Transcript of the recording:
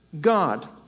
God